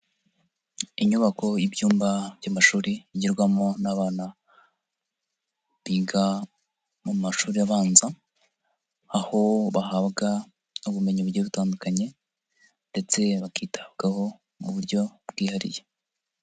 Inyubako y'ibyumba by'amashuri yigirwamo n'abana, biga mu mashuri abanza, aho bahabwa ubumenyi bugiye butandukanye ndetse bakitabwaho mu buryo bwihariye.